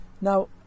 Now